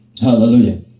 Hallelujah